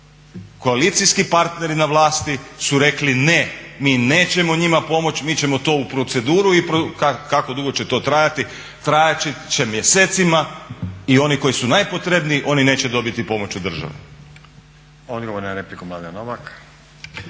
koalicijski partneri na vlasti su rekli ne, mi nećemo njima pomoći, mi ćemo to u proceduru i kako dugo će to trajati. Trajat će mjesecima i oni koji su najpotrebniji oni neće dobiti pomoć od države.